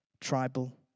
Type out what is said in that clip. tribal